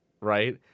right